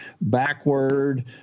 backward